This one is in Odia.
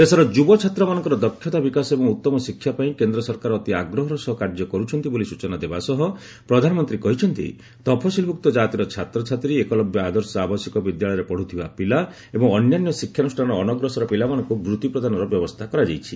ଦେଶର ଯୁବ ଛାତ୍ରମାନଙ୍କର ଦକ୍ଷତା ବିକାଶ ଏବଂ ଉତ୍ତମ ଶିକ୍ଷାପାଇଁ କେନ୍ଦ୍ର ସରକାର ଅତି ଆଗ୍ରହର ସହ କାର୍ଯ୍ୟ କରୁଛନ୍ତି ବୋଲି ସୂଚନା ଦେବା ସହ ପ୍ରଧାନମନ୍ତ୍ରୀ କହିଛନ୍ତି ତଫସିଲ୍ଭୁକ୍ତ କତିର ଛାତ୍ରଛାତ୍ରୀ ଏକଲବ୍ୟ ଆଦର୍ଶ ଆବାସିକ ବିଦ୍ୟାଳୟରେ ପଢ଼ୁଥିବା ପିଲା ଏବଂ ଅନ୍ୟାନ୍ୟ ଶିକ୍ଷାନୁଷାନର ଅନଗ୍ରସର ପିଲାମାନଙ୍କୁ ବୃତ୍ତି ପ୍ରଦାନର ବ୍ୟବସ୍ଥା କରାଯାଇଛି